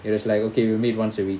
it was like okay we meet once a week